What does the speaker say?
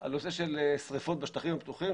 על נושא של שריפות בשטחים הפתוחים,